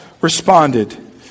responded